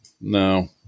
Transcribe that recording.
no